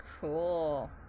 Cool